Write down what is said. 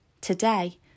Today